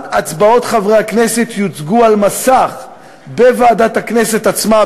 גם הצבעות חברי הכנסת יוצגו על מסך בוועדת הכנסת עצמה,